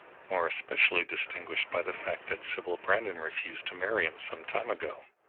more especially distinguished by the fact that sybil brandon refused to marry him some time ago.